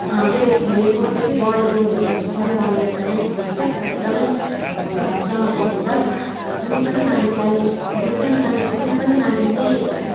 त्यो फुलेको त्यस बढेको देख्दाखेरि चाहिँ मनमा एकदमै खुसी लाग्छ एकदमै हर्ष महसुस हुन्छ र जुनै पनि मानिसलाई जुनै पनि मानिसलाई कुनै पनि मानिस चाहिँ